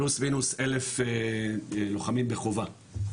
פלוס מינוס 1,000 לוחמים בחובה,